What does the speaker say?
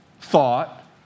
thought